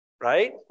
right